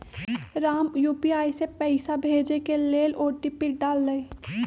Ram UPI से पइसा भेजे के लेल ओ.टी.पी डाललई